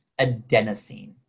adenosine